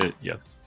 Yes